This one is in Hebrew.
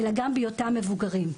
אלא גם בהיותם מבוגרים,